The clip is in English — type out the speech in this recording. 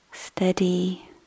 steady